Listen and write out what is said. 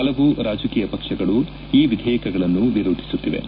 ಹಲವು ರಾಜಕೀಯ ಪಕ್ಷಗಳು ಈ ವಿಧೇಯಕಗಳನ್ನು ವಿರೋಧಿಸುತ್ತಿವೆ